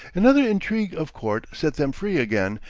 another intrigue of court set them free again,